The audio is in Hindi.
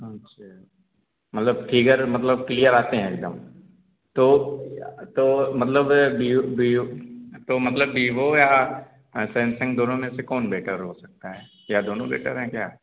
अच्छा मतलब फिगर मतलब क्लियर आते हैं एकदम तो तो मतलब बीयू बीयू तो मतलब बिवो या सैमसंग दोनों में से कौन बेटर हो सकता है या दोनों बेटर है क्या